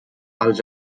els